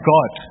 God